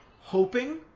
hoping